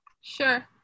Sure